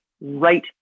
right